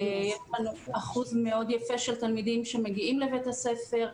יש לנו אחוז מאוד יפה של תלמידים שמגיעים לבית הספר,